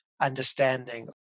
understanding